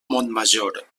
montmajor